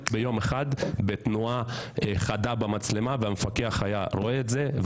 ביום אחד שבו המפקח היה רואה את זה.